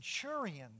centurion